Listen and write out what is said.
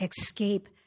escape